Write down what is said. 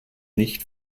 nicht